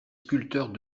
sculpteurs